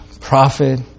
prophet